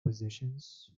positions